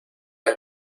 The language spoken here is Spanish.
has